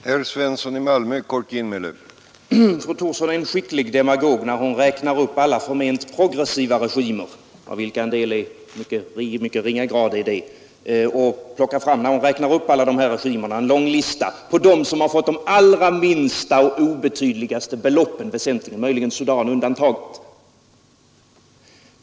Herr talman! Fru Thorsson är en skicklig demagog när hon räknar upp alla förment progressiva regimer, av vilka en del i mycket ringa grad är det. Fru Thorsson räknar upp de länder som fått de allra minsta och obetydligaste beloppen, Sudan möjligen undantaget.